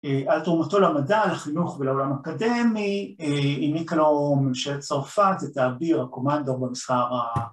על תרומתו למדע, לחינוך ולעולם האקדמי העניקה לו ממשלת צרפת את האביר, הקומנדור במסדר